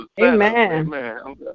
Amen